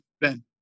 Ben